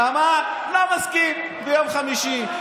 לא מסכים ביום חמישי.